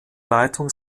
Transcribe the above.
leitung